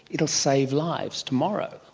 it'll save lives tomorrow.